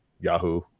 Yahoo